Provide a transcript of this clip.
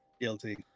guilty